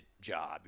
job